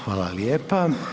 Hvala lijepa.